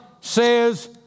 says